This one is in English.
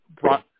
brought